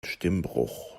stimmbruch